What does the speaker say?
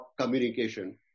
communication